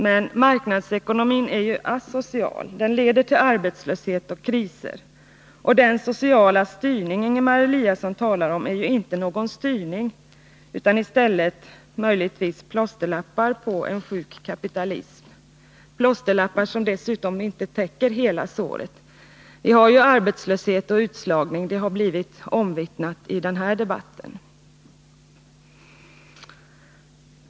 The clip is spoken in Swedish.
Men marknadsekonomin är asocial — den leder till arbetslöshet och kriser, och den sociala styrning Ingemar Eliasson talar om är inte någon styrning utan i stället möjligtvis plåsterlappar på en sjuk kapitalism, plåsterlappar som dessutom inte täcker hela såret. Vi har ju arbetslöshet och utslagning — det har blivit omvittnat i denna debatt.